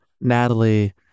Natalie